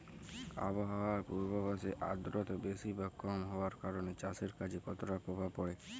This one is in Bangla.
আবহাওয়ার পূর্বাভাসে আর্দ্রতা বেশি বা কম হওয়ার কারণে চাষের কাজে কতটা প্রভাব পড়ে?